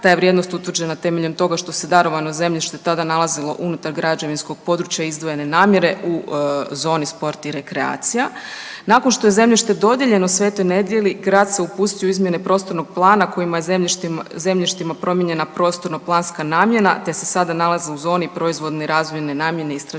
ta je vrijednost utvrđena temeljem toga što se darovano zemljište tada nalazilo unutar građevinskog područja izdvojene namjere u zoni sport i rekreacija. Nakon što je zemljište dodijeljeno Sv. Nedelji grad se upustio u izmjene prostornog plana kojima je zemljištima promijenjena prostorno planska namjena te se sada nalaze u zoni proizvodne i razvojne namjene istraživački